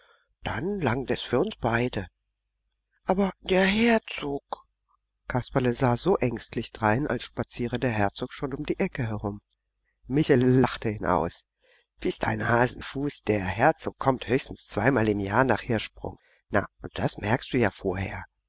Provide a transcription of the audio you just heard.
dann langt es für uns beide aber der herzog kasperle sah so ängstlich drein als spaziere der herzog schon um die ecke herum michele lachte ihn aus bist ein hasenfuß der herzog kommt höchstens zweimal im jahr nach hirschsprung na und das merkst du ja vorher